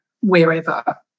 wherever